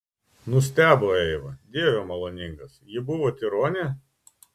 nustebo eiva dieve maloningas ji buvo tironė